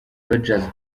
rogers